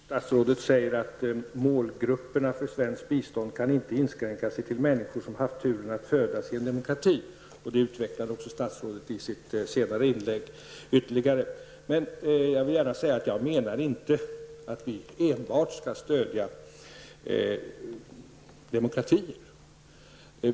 Fru talman! Statsrådet säger att målgrupperna för svenskt bistånd inte kan inskränka sig till människor som haft turen att födas i en demokrati. Statsrådet utvecklar detta ytterligare i sitt senare inlägg. Jag menar inte att vi enbart skall stödja demokratier.